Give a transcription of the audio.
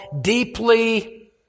deeply